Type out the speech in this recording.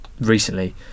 recently